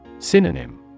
Synonym